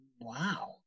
Wow